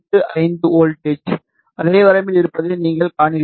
3685 volt அதே வரம்பில் இருப்பதை நீங்கள் காண்கிறீர்கள்